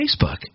Facebook